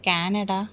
Canada